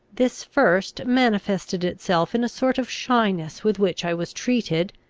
this first manifested itself in a sort of shyness with which i was treated,